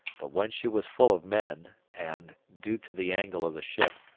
but when she was full of men and, due to the angle of the ship,